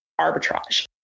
arbitrage